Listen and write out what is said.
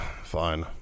Fine